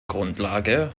grundlage